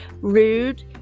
rude